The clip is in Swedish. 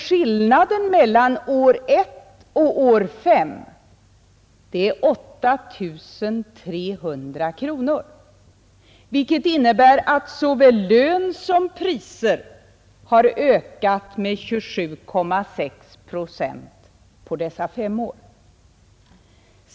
Skillnaden mellan år 1 och år 5 är 8 300 kronor, vilket innebär att såväl lön som priser har ökat med 27,6 procent på dessa fem år.